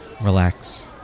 relax